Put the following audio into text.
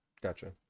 Gotcha